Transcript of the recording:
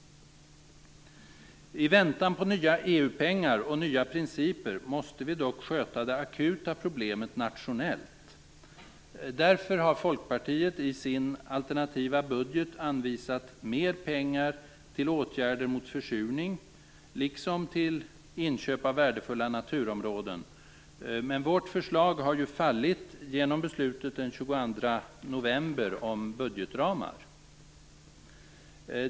I väntan på nya EU-pengar och nya principer måste vi dock sköta det akuta problemet nationellt. Därför har Folkpartiet i sin alternativa budget anvisat mer pengar till åtgärder mot försurning liksom till inköp av värdefulla naturområden, men vårt förslag har ju fallit genom beslutet den 22 november om budgetramar.